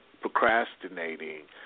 procrastinating